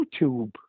YouTube